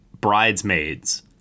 Bridesmaids